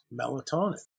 melatonin